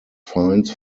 fines